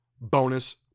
bonus